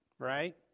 Right